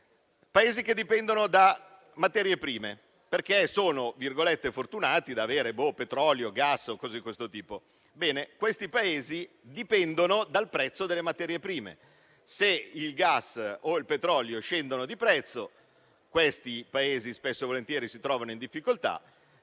Paesi che dipendono da materie prime - sono così "fortunati" da avere petrolio, gas o altre risorse - e dipendono dal prezzo delle materie prime: se il gas o il petrolio scendono di prezzo, quei Paesi spesso e volentieri si trovano in difficoltà;